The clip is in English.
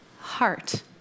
heart